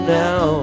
now